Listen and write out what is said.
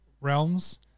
Realms